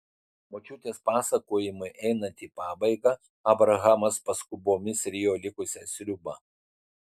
močiutės pasakojimui einant į pabaigą abrahamas paskubomis rijo likusią sriubą